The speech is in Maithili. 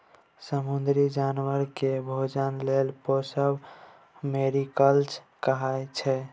समुद्री जानबर केँ भोजन लेल पोसब मेरीकल्चर कहाइ छै